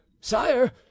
sire